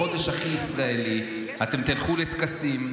בחודש הכי ישראלי, אתם תלכו לטקסים,